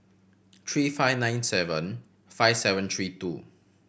three five nine seven five seven three two